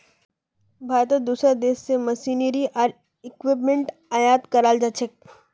भारतत दूसरा देश स मशीनरी आर इक्विपमेंट आयात कराल जा छेक